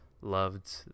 loved